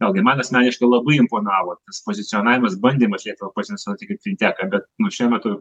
vėlgi man asmeniškai labai imponavo tas pozicionavimas bandymas lietuvą pozicionuoti kaip finteką bet nu šiuo metu